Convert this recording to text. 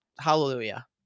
Hallelujah